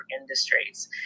industries